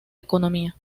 economía